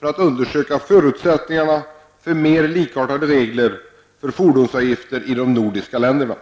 som skulle undersöka förutsättningar för mera likartade regler för fordonsavgifter i de nordiska länderna.